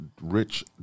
Rich